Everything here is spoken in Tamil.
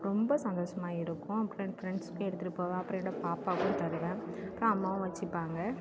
ரொம்ப சந்தோஷமா இருக்கும் அப்புறம் என் ஃப்ரெண்ட்ஸ்சுக்கும் எடுத்துகிட்டு போவேன் அப்புறம் என்னோட பாப்பாவுக்கும் தருவேன் அப்புறம் அம்மாவும் வச்சுப்பாங்க